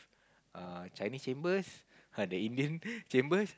uh Chinese chambers uh the Indian chambers